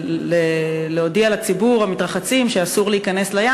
ולהודיע לציבור המתרחצים שאסור להיכנס לים.